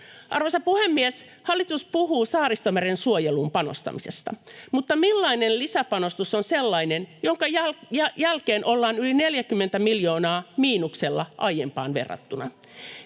Arvoisa puhemies! Hallitus puhuu Saaristomeren suojeluun panostamisesta, mutta millainen lisäpanostus on sellainen, jonka jälkeen ollaan yli 40 miljoonaa miinuksella aiempaan verrattuna?